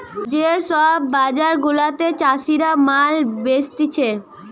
যে সব বাজার গুলাতে চাষীরা মাল বেচতিছে